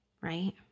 right